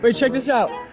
but check this out.